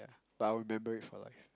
but I'll remember it for life